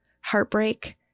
heartbreak